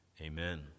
Amen